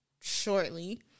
shortly